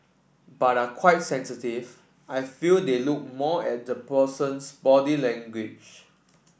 but are quite sensitive I feel they look more at the person's body language